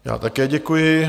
Já také děkuji.